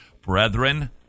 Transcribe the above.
Brethren